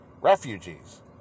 refugees